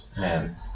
Man